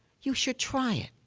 you should try it.